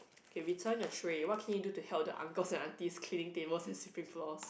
K return your tray what can you do to help the uncle's and aunties cleaning tables and sweeping floors